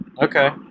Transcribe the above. okay